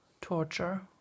torture